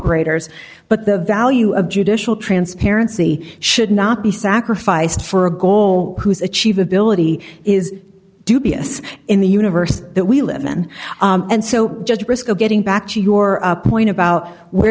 ors but the value of judicial transparency should not be sacrificed for a goal whose achievability is dubious in the universe that we live in and so just risk getting back to your point about where